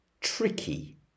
Tricky